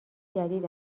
جدید